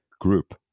group